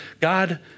God